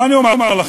מה אני אומר לכם?